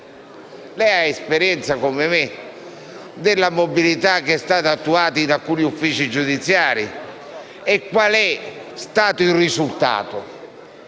ha esperienza come me della mobilità che è stata attuata in alcuni uffici giudiziari e qual è stato il risultato.